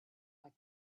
like